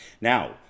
Now